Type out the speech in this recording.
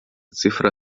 цифра